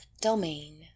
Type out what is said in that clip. domain